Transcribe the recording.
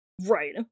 right